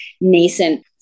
nascent